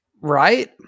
Right